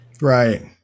Right